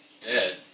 dead